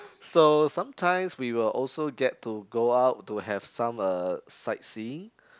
so sometimes we will also get to go out to have some uh sightseeing